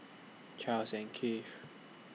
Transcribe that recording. Charles and Keith